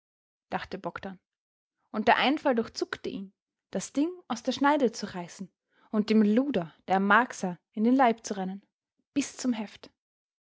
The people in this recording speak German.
dachte bogdn und der einfall durchzuckte ihn das ding aus der scheide zu reißen und dem luder der marcsa in den leib zu rennen bis zum heft